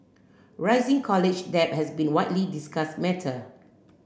rising college debt has been widely discussed matter